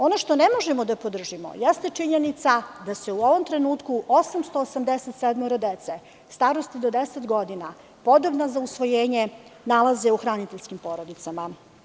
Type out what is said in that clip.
Ono što ne možemo da podržimo jeste činjenica da se u ovom trenutku 887 dece starosti do 10 godina, podobne za usvojenje, nalaze u hraniteljskim porodicama.